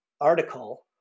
article